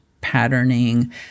patterning